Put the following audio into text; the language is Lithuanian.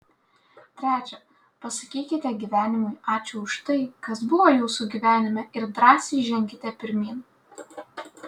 trečia pasakykite gyvenimui ačiū už tai kas buvo jūsų gyvenime ir drąsiai ženkite pirmyn